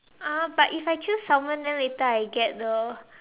uh but if I choose Salmon then later I get the